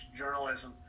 journalism